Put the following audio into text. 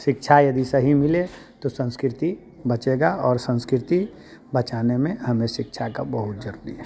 शिक्षा यदि सही मिले तो संस्कृति बचेगा और संस्कृति बचाने में हमें शिक्षा का बहुत जरुरी है